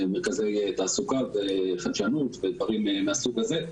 מרכזי תעסוקה וחדשנות ודברים מהסוג הזה.